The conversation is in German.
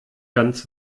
ganz